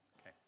Okay